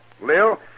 Lil